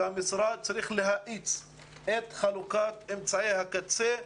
לומר שהמשרד צריך להאיץ את חלוקת אמצעי הקצה.